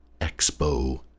Expo